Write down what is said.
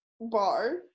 bar